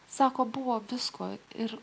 sako buvo visko ir